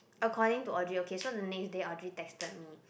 according to audio okay so the name is that Audrey texted me